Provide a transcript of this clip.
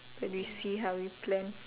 but we see how we plan